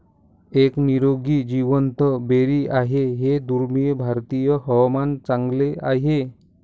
एक निरोगी जिवंत बेरी आहे हे दुर्मिळ भारतीय हवामान चांगले आहे